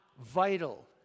vital